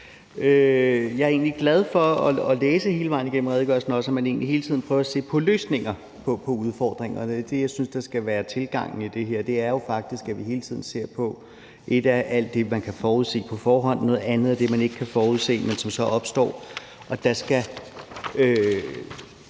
egentlig glad for at læse hele vejen igennem redegørelsen, at man hele tiden prøver at se på løsninger på udfordringerne. Og det, jeg synes skal være tilgangen i det her, er faktisk, at vi hele tiden ser på løsninger hurtigt. Ét er alt det, man kan forudse på forhånd, noget andet er det, man ikke kan forudse, men som så opstår,